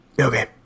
okay